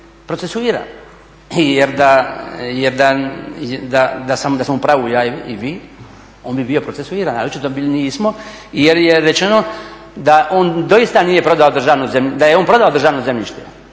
procesuiran jer da smo u pravu ja i vi, on bi bio procesuiran, očito bili nismo jer je rečeno da on doista nije prodao, da je